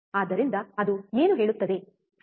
ಆದ್ದರಿಂದ ಅದು ಏನು ಹೇಳುತ್ತದೆ ಸರಿ